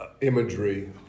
imagery